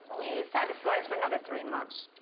well he's tied to slice for another three months.